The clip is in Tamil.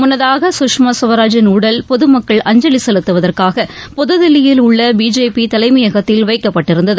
முன்னதாக சுஷ்மா ஸ்வராஜின் உடல் பொது மக்கள் அஞ்சலி செலுத்துவதற்காக புதுதில்லியில் உள்ள பிஜேபி தலைமையகத்தில் வைக்கப்பட்டிருந்தது